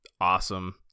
awesome